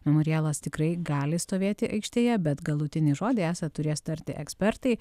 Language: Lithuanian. memorialas tikrai gali stovėti aikštėje bet galutinį žodį esą turės tarti ekspertai